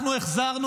אנחנו החזרו